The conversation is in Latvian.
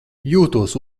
jūtos